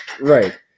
Right